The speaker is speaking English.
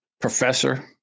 professor